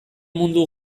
mundu